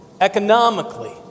economically